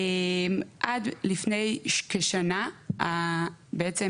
עד לפני כשנה בעצם,